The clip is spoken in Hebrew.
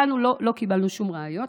לא קיבלנו שום ראיות,